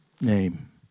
name